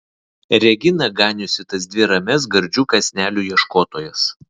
regina ganiusi tas dvi ramias gardžių kąsnelių ieškotojas